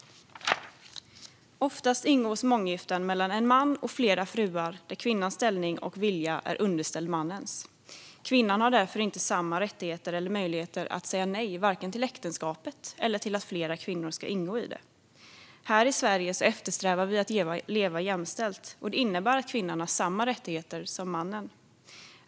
Oftast ingås månggifte mellan en man och flera fruar och där kvinnans ställning och vilja är underställd mannens. Kvinnan har därför inte samma rättigheter eller möjligheter att säga nej till vare sig äktenskapet eller att flera kvinnor ska ingå i det. Här i Sverige eftersträvar vi att leva jämställt, och det innebär att kvinnan har samma rättigheter som mannen.